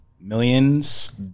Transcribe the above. millions